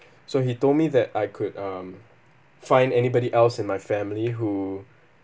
so he told me that I could um find anybody else in my family who